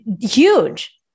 huge